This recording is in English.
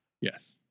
Yes